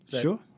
Sure